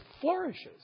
flourishes